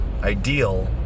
ideal